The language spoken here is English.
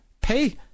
pay